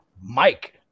Mike